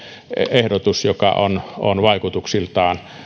ehdotus joka on on vaikutuksiltaan